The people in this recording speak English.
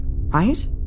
Right